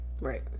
Right